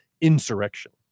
insurrection